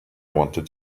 wanted